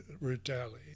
retaliate